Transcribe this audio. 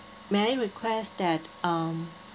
may I request that um